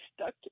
stuck